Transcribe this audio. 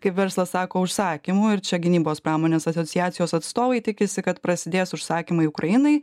kaip verslas sako užsakymų ir čia gynybos pramonės asociacijos atstovai tikisi kad prasidės užsakymai ukrainai